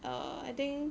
err I think